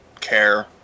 care